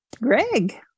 Greg